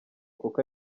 kuko